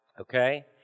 Okay